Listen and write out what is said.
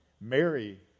Mary